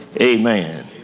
Amen